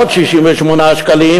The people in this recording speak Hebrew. עוד 68 שקלים,